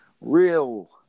real